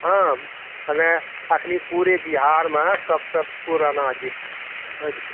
हँ मने अखनि पूरे बिहारमे सबसँ पुराना जिला हँ